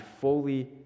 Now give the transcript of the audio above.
fully